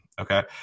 Okay